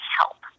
help